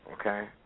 Okay